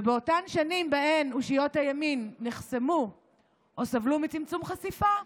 ובאותן שנים שבהן אושיות הימין נחסמו או סבלו מצמצום חשיפה,